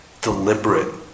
deliberate